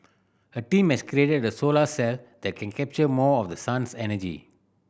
a team has created a solar cell that can capture more of the sun's energy